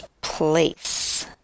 place